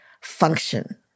function